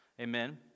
Amen